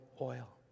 oil